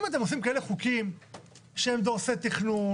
אם אתם עושים כאלה חוקים שהם דורסי תכנון,